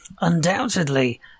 undoubtedly